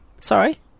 sorry